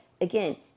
again